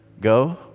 Go